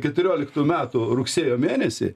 keturioliktų metų rugsėjo mėnesį